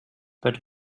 but